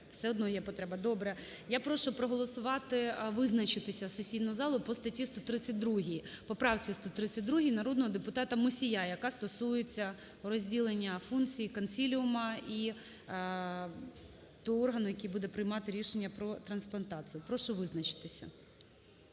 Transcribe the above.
Все одно є потреба, добре. Я прошу проголосувати, визначитися сесійну залу по статті 132, поправці 132 народного депутата Мусія, яка стосується розділення функцій консиліуму і того органу, який буде приймати рішення про трансплантацію. Прошу визначитися.